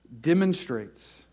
demonstrates